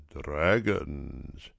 dragons